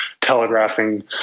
telegraphing